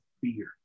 fear